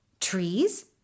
Trees